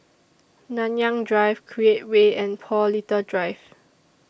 Nanyang Drive Create Way and Paul Little Drive